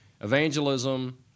evangelism